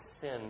sin